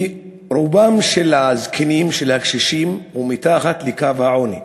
ורובם של הזקנים, של הקשישים, הוא מתחת לקו העוני.